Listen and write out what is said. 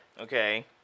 okay